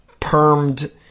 permed